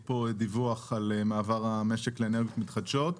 פה דיווח על מעבר המשק לאנרגיות מתחדשות.